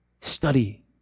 Study